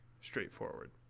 straightforward